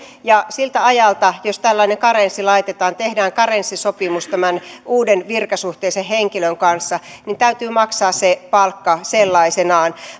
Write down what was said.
ja siltä ajalta jos tällainen karenssi laitetaan tehdään karenssisopimus tämän uuden virkasuhteisen henkilön kanssa ja täytyy maksaa se palkka sellaisenaan